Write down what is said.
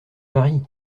mari